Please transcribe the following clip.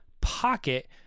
pocket